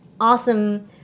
awesome